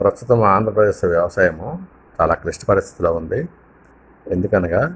ప్రస్తుతం ఆంధ్రప్రదేశ్ వ్యవసాయము చాలా క్లిష్ట పరిస్థితుల్లో ఉంది ఎందుకనగా